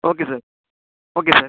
okay sir okay sir